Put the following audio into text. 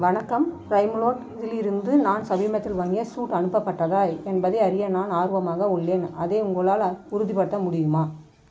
வணக்கம் லைம்லோட் இலிருந்து நான் சமீபத்தில் வாங்கிய சூட் அனுப்பப்பட்டதா என்பதை அறிய நான் ஆர்வமாக உள்ளேன் அதை உங்களால் உறுதிப்படுத்த முடியுமா